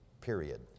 period